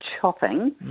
chopping